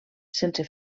sense